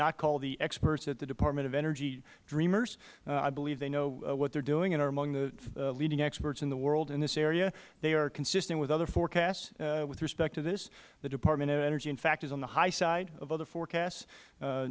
not call the experts at the department of energy dreamers i believe they know what they are doing and are among the leading in the world in this area they are consistent with other forecasts with respect to this the department of energy in fact is on the high side of other forecasts